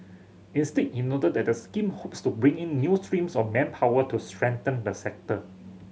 instead he noted that the scheme hopes to bring in new streams of manpower to strengthen the sector